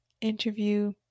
interview